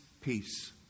peace